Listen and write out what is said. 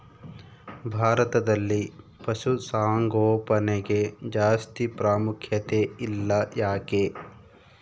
ಭಾರತದಲ್ಲಿ ಪಶುಸಾಂಗೋಪನೆಗೆ ಜಾಸ್ತಿ ಪ್ರಾಮುಖ್ಯತೆ ಇಲ್ಲ ಯಾಕೆ?